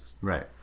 Right